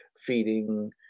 feeding